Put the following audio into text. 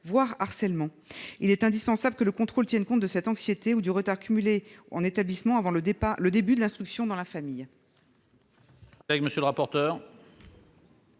voire à un harcèlement. Il est indispensable que le contrôle tienne compte de cette anxiété ou du retard accumulé en établissement avant le début de l'instruction dans la famille.